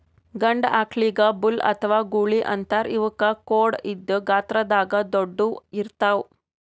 ಗಂಡ ಆಕಳಿಗ್ ಬುಲ್ ಅಥವಾ ಗೂಳಿ ಅಂತಾರ್ ಇವಕ್ಕ್ ಖೋಡ್ ಇದ್ದ್ ಗಾತ್ರದಾಗ್ ದೊಡ್ಡುವ್ ಇರ್ತವ್